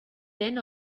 then